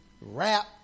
Rap